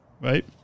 Right